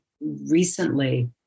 recently